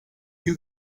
you